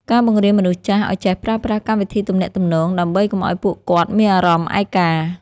ការបង្រៀនមនុស្សចាស់ឱ្យចេះប្រើប្រាស់កម្មវិធីទំនាក់ទំនង ដើម្បីកុំឱ្យពួកគាត់មានអារម្មណ៍ឯកា។